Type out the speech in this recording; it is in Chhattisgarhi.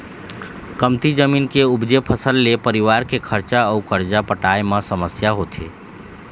कमती जमीन के उपजे फसल ले परिवार के खरचा अउ करजा पटाए म समस्या होथे